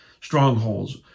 strongholds